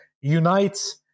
unites